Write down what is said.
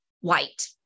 white